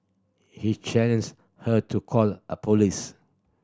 he challenged her to call a police